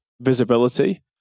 visibility